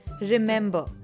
Remember